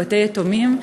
בבתי-יתומים,